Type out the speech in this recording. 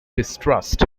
distrust